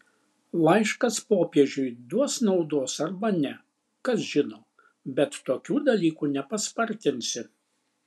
laiškas popiežiui duos naudos arba ne kas žino bet tokių dalykų nepaspartinsi